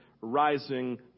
rising